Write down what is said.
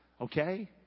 Okay